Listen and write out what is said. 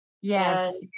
Yes